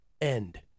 end